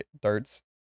darts